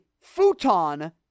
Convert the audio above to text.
futon